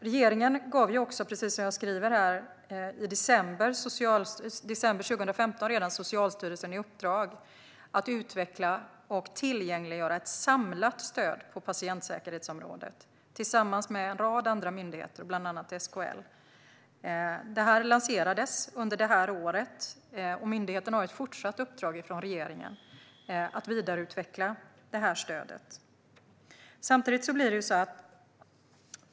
Regeringen gav, som jag sa, redan i december 2015 Socialstyrelsen i uppdrag att utveckla och tillgängliggöra ett samlat stöd på patentsäkerhetsområdet tillsammans med en rad andra myndigheter, bland annat SKL. Detta lanserades under det här året, och myndigheten har ett fortsatt uppdrag från regeringen att vidareutveckla det här stödet.